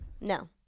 No